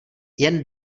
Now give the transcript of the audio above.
jen